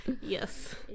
Yes